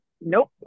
nope